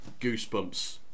Goosebumps